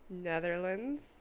Netherlands